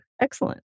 Excellent